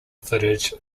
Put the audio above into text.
footage